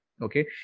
Okay